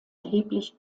erheblich